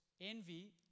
envy